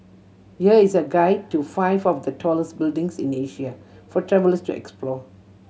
here is a guide to five of the tallest buildings in Asia for travellers to explore